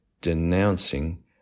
denouncing